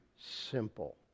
simple